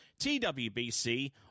TWBC